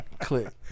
click